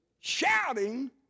shouting